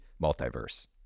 multiverse